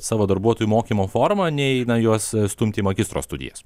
savo darbuotojų mokymo formą nei na juos stumt į magistro studijas